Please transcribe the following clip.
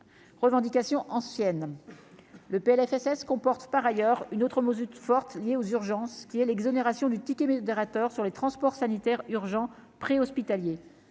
revendications, ancienne le PLFSS comporte par ailleurs une autre mesure forte liée aux urgences, qui est l'exonération du ticket d'orateurs sur les transports sanitaires urgents pré-hospitalier,